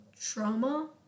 trauma